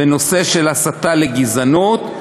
בנושא של הסתה לגזענות,